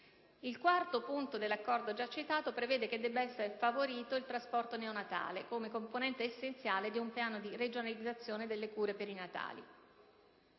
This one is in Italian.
Il quarto punto dell'accordo già citato prevede che debba essere favorito il trasporto neonatale, quale componente essenziale di un piano di regionalizzazione delle cure perinatali.